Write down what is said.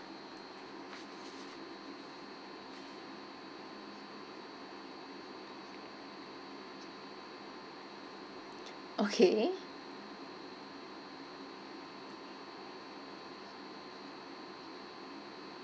okay